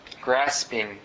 grasping